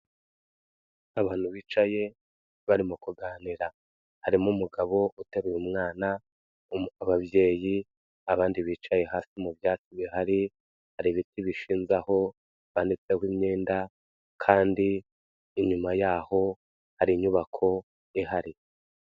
Abantu bicaye barimo kuganira, harimo umugabo uteruye umwana, ababyeyi, abandi bicaye mu bya bihari, hari ibiti bishinze aho byanitseho imyenda kandi inyuma yaho hari inyubako ihari.